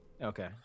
okay